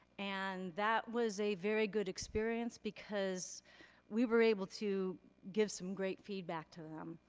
and that was a very good experience because we were able to give some great feedback to them.